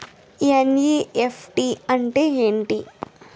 NEFT అంటే ఎంటి?